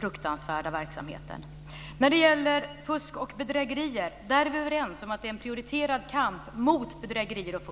fruktansvärda verksamheten. När det gäller fusk och bedrägerier är vi överens om att kampen mot detta är prioriterad.